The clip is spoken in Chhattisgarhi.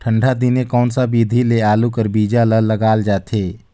ठंडा दिने कोन सा विधि ले आलू कर बीजा ल लगाल जाथे?